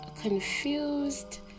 confused